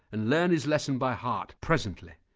and learn his lesson by heart, presently.